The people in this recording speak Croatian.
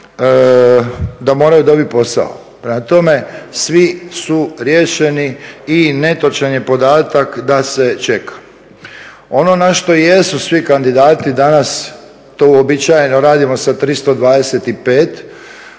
da moraju dobiti posao. Prema tome svi su riješeni. I netočan je podatak da se čeka. Ono na što jesu svi kandidati danas to uobičajeno radimo sa 325